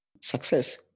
success